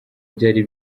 byari